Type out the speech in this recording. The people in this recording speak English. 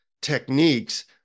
techniques